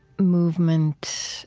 movement,